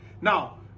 Now